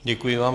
Děkuji vám.